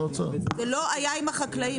זה לא היה עם החקלאים.